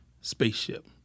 spaceship